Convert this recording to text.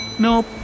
Nope